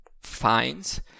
fines